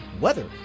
weather